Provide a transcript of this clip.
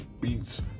Beats